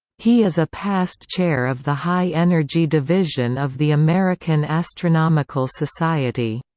he is a past chair of the high energy division of the american astronomical society.